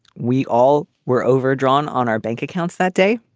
we all were overdrawn on our bank accounts that day.